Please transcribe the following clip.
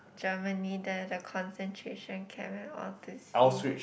Germany there the concentration camp and all to see